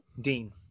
dean